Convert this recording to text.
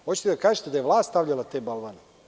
Hoćete da kažete da je vlast stavljala te balvane?